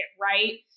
right